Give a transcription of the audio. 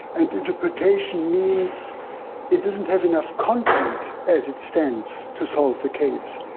and interpretation means it doesn't have enough content as it stands, to solve the case.